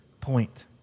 point